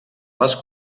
les